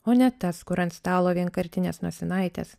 o ne tas kur ant stalo vienkartinės nosinaitės